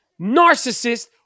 narcissist